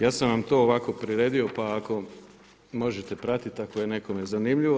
Ja sam vam to ovako priredio pa ako možete pratit, ako je nekome zanimljivo.